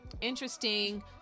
interesting